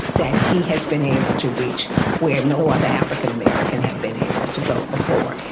that he has been able to reach where no other african american had been able to go before.